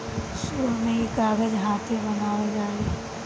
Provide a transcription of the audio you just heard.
शुरु में ई कागज हाथे बनावल जाओ